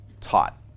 taught